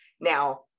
Now